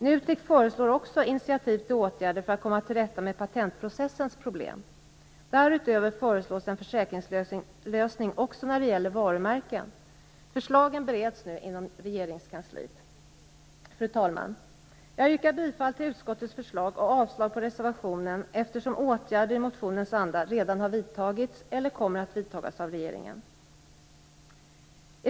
NUTEK föreslår också initiativ till åtgärder för att komma till rätta med patentprocessens problem. Därutöver föreslås en försäkringslösning också när det gäller varumärken. Förslagen bereds nu inom Regeringskansliet. Fru talman! Jag yrkar bifall till utskottets förslag och avslag på reservationen, eftersom åtgärder i motionens anda redan har vidtagits eller kommer att vidtas av regeringen.